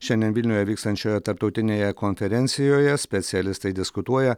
šiandien vilniuje vykstančioje tarptautinėje konferencijoje specialistai diskutuoja